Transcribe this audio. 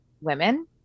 women